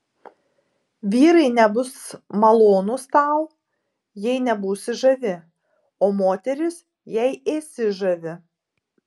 vyrai nebus malonūs tau jei nebūsi žavi o moterys jei ėsi žavi